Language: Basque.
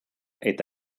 eta